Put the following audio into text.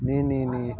नहीं नहीं नहीं